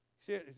See